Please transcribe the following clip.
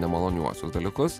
nemaloniuosius dalykus